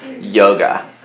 yoga